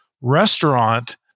restaurant